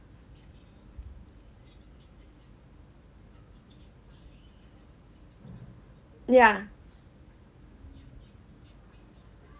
yeah